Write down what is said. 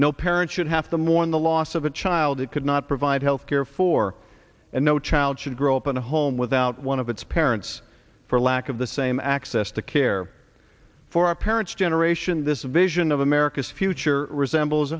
no parent should have to mourn the loss of a child that could not provide health care for and no child should grow up in a home without one of its parents for lack of the same access to care for our parents generation this vision of america's future resembles